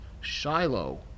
Shiloh